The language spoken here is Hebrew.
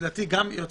לדעתי גם יועצים